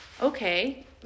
okay